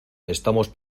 estamos